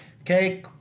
okay